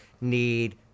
need